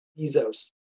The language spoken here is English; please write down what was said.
Bezos